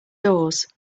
doors